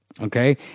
Okay